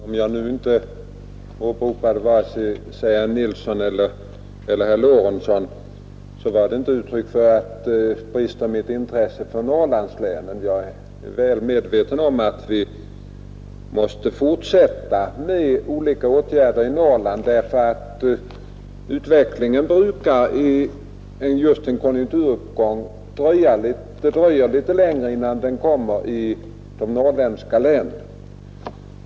Herr talman! Om jag nu inte åberopade vare sig herr Nilsson i Tvärålund eller herr Lorentzon så var det inte uttryck för bristande intresse för Norrlandslänen. Jag är väl medveten om att vi måste fortsätta med olika åtgärder i Norrland därför att just vid en konjunkturuppgång brukar det dröja litet längre innan utvecklingen kommer i gång i Norrlandslänen.